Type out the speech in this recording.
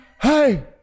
Hey